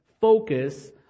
focus